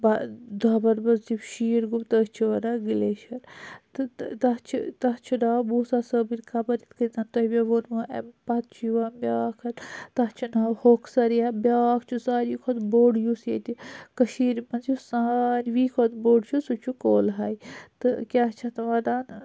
با دۄبَن منٛز یُس شین گوٚو تٔتھۍ چھِ وَنان گٕلیشَر تہٕ تَتھ چھِ تَتھ چھ ناو موسا صٲبٕنۍ قَبَر یِتھ کٔنۍ زن تۄہہِ مےٚ ووٚنوٕ امہ پَتہٕ چھ یِوان بیٛاکھ تَتھ چھ ناو ہوکسَر یا بیٛاکھ چھُ سارِوٕیو کھۄتہٕ بوٚڑ یُس ییٚتہِ کٔشیرِ منٛز یُس ساروٕے کھۄتہٕ بوٚڑ چھُ سُہ چھُ کول ہاے تہٕ کیاہ چھ اَتھ وَنان